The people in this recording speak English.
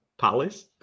Palace